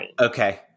Okay